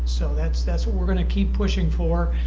so that's that's what we're gonna keep pushing for